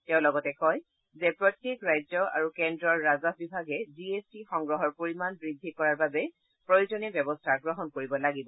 তেওঁ লগতে কয় যে প্ৰত্যেক ৰাজ্য আৰু কেন্দ্ৰৰ ৰাজহ বিভাগে জি এছ টি সংগ্ৰহৰ পৰিমাণ বৃদ্ধি কৰাৰ বাবে পৰ্যাপ্ত ব্যৱস্থা গ্ৰহণ কৰিব লাগিব